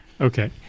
Okay